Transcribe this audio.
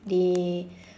they